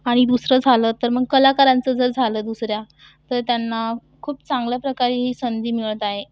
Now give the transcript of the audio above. आणि दुसरं झालं तर मग कलाकारांचा जर झालं दुसऱ्या तर त्यांना खूप चांगल्याप्रकारे ही संधी मिळत आहे